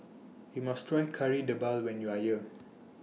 YOU must Try Kari Debal when YOU Are here